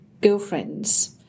girlfriends